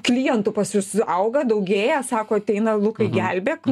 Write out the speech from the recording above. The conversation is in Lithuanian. klientų pas jus auga daugėja sako ateina lukai gelbėk